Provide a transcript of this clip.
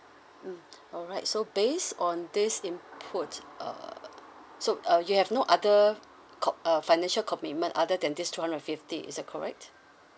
mm alright so based on this input uh so uh you have no other co~ uh financial commitment other than this two hundred and fifty is that correct